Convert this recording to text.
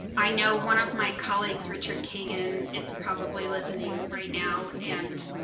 i know one of my colleagues, richard kagan is probably listening right now and